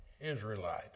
Israelite